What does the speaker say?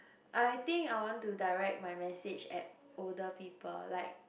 I think I want to direct my message at older people like